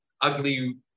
ugly